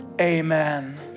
Amen